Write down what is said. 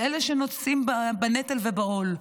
של אלה שנושאים בנטל ובעול,